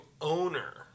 owner